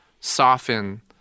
soften